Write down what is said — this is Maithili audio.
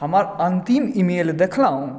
हमर अंतिम ईमेल देखाउ